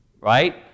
right